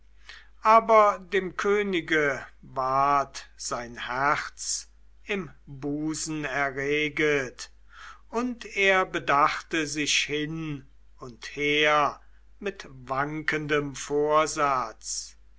aber dem könige ward sein herz im busen erreget und er bedachte sich hin und her mit wankendem vorsatz